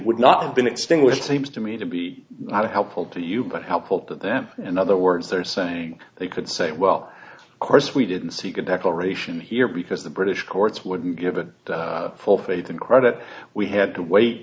would not have been extinguished seems to me to be not helpful to you but helpful to them in other words they're saying they could say well of course we didn't seek a declaration here because the british courts would give a full faith and credit we had to wait